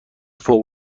فوق